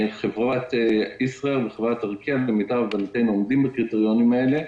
חברת ישראייר וחברת ארקיע למיטב הבנתנו עומדות בקריטריונים האלה.